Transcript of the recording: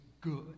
good